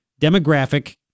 demographic